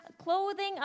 Clothing